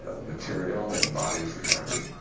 ah material and bodies recovered.